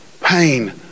pain